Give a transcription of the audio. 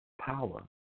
power